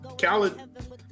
Khaled